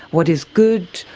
what is good,